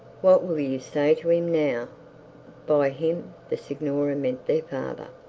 what will you say to him now by him the signora meant their father.